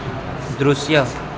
દૃશ્ય